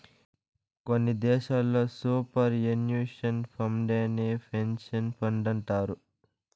కొన్ని దేశాల్లో superannuation ఫండేనే పెన్సన్ ఫండంటారు